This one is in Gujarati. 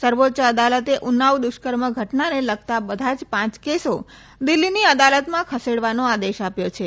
સર્વોચ્ય અદાલતે ઉન્નાવ દુષ્કર્મ ઘટનાને લગતા બધા જ પાંચ કેસો દિલ્હીની અદાલતમાં ખસેડવાનો આદેશ આપ્યો છે